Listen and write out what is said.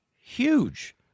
Huge